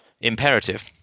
imperative